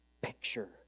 picture